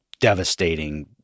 devastating